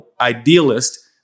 idealist